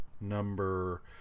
number